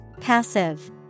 Passive